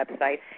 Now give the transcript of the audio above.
website